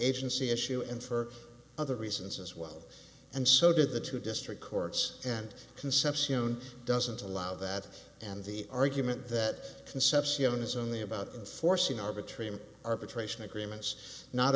agency issue and for other reasons as well and so did the two district courts and concepcion doesn't allow that and the argument that concepcion is only about forcing arbitrary arbitration agreements not